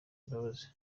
imbabazi